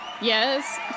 Yes